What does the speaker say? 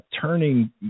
turning